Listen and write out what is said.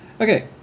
okay